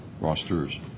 rosters